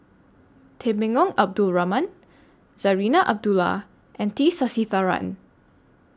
Temenggong Abdul Rahman Zarinah Abdullah and T Sasitharan